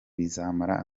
bizamara